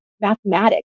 mathematics